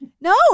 no